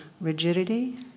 rigidity